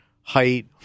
height